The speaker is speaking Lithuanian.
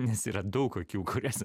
nes yra daug akių kurias